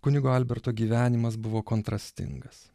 kunigo alberto gyvenimas buvo kontrastingas